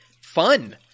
fun